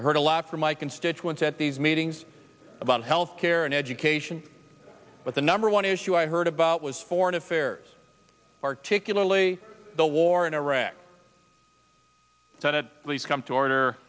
i heard a lot from my constituents at these meetings about health care and education but the number one issue i heard about was foreign affairs particularly the war in iraq when it comes to order